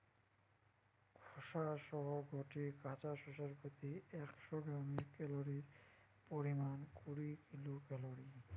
খোসা সহ গটে কাঁচা শশার প্রতি একশ গ্রামে ক্যালরীর পরিমাণ কুড়ি কিলো ক্যালরী